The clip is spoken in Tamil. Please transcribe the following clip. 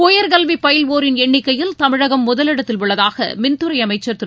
உயர்கல்வி பயில்வோரின் எண்ணிக்கையில் தமிழகம் முதலிடத்தில் உள்ளதாக மின்துறை அமைச்சர் திரு